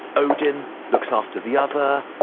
odin looks after the other